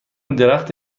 درخت